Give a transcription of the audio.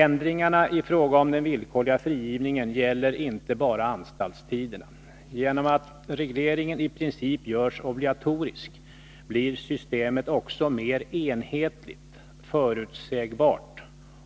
Ändringarna i fråga om den villkorliga frigivningen gäller inte bara anstaltstiderna. Genom att regleringen i princip görs obligatorisk blir systemet också mer enhetligt, förutsägbart